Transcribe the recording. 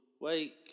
Wake